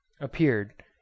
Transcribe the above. appeared